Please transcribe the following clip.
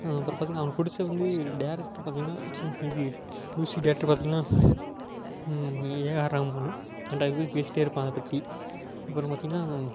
அப்புறம் பார்த்திங்கன்னா அவனுக்கு பிடிச்ச வந்து டேரக்டர் பார்த்திங்கன்னா ச்சீ இது மியூசிக் டேரக்டர் பார்த்திங்கன்னா ஏ ஆர் ரகுமானு என்கிட்ட அதை பற்றி பேசிகிட்டே இருப்பான் அதை பற்றி அப்புறம் பார்த்திங்கன்னா